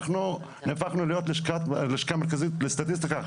אנחנו הפכנו להיות לשכה מרכזית לסטטיסטיקה.